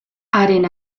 haren